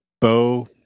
Bo